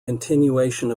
continuation